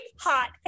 hot